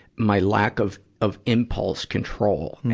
my lack of, of impulse control.